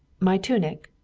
my tunic!